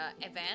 event